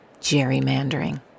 gerrymandering